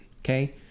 okay